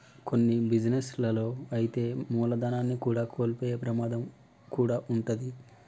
కొన్ని బిజినెస్ లలో అయితే మూలధనాన్ని కూడా కోల్పోయే ప్రమాదం కూడా వుంటది